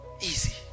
Easy